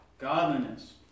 Godliness